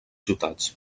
ciutats